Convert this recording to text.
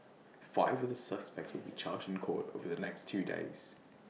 five of the suspects will be charged in court over the next two days